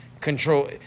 control